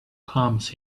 comes